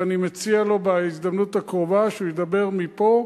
ואני מציע לו בהזדמנות הקרובה שהוא ידבר מפה,